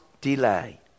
delay